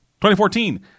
2014